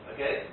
Okay